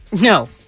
No